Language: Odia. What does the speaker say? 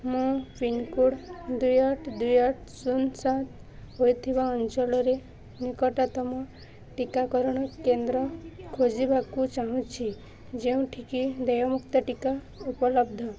ମୁଁ ପିନ୍କୋଡ଼୍ ଦୁଇ ଆଠ ଦୁଇ ଆଠ ଶୂନ ସାତ ହେଇଥିବା ଅଞ୍ଚଳରେ ନିକଟତମ ଟିକାକରଣ କେନ୍ଦ୍ର ଖୋଜିବାକୁ ଚାହୁଁଛି ଯେଉଁଠି କି ଦେୟଯୁକ୍ତ ଟିକା ଉପଲବ୍ଧ